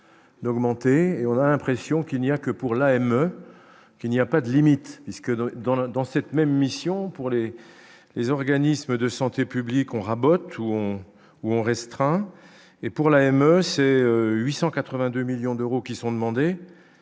n'augmenter et on a l'impression qu'il n'y a que pour la M1, qu'il n'y a pas de limite que dans dans la, dans cette même mission pour les les organismes de santé publique on rabote tout rond où on restreint et pour la MEC 882 millions d'euros qui sont demandés